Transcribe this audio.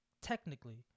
technically